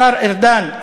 השר ארדן,